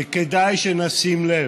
וכדאי שנשים לב,